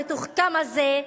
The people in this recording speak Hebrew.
המתוחכם הזה,